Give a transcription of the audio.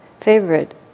favorite